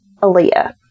Aaliyah